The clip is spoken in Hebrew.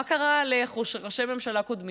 מה קרה לראשי ממשלה קודמים?